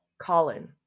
Colin